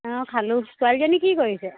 অঁ খালো ছোৱালীজনীয়ে কি কৰিছে